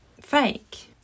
fake